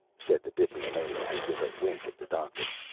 said the bibliomaniac, with a wink at the doctor.